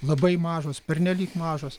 labai mažos pernelyg mažos